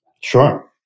Sure